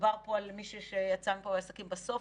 בסוף,